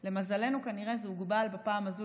למזלנו, כנראה שבפעם הזאת